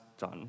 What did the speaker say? done